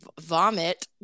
vomit